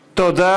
תודה.